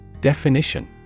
Definition